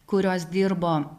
kurios dirbo